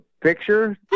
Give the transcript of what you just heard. picture